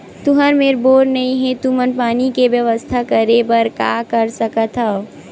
तुहर मेर बोर नइ हे तुमन पानी के बेवस्था करेबर का कर सकथव?